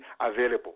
available